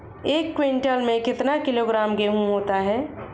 एक क्विंटल में कितना किलोग्राम गेहूँ होता है?